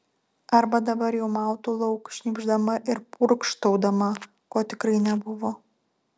arba dabar jau mautų lauk šnypšdama ir purkštaudama ko tikrai nebuvo